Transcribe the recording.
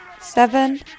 seven